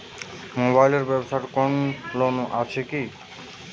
Mobile এর ব্যাবসার জন্য কোন লোন আছে কি?